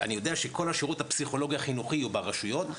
אני יודע שכל השירות הפסיכולוגי החינוכי הוא ברשויות,